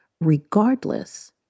regardless